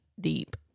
deep